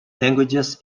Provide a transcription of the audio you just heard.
languages